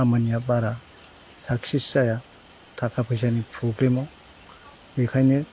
खामानिया बारा साक्सेस जाया थाखा फैसानि फ्रब्लेमाव बेखायनो